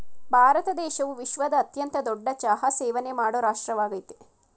ಭಾರತ ದೇಶವು ವಿಶ್ವದ ಅತ್ಯಂತ ದೊಡ್ಡ ಚಹಾ ಸೇವನೆ ಮಾಡೋ ರಾಷ್ಟ್ರವಾಗಯ್ತೆ